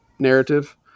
Narrative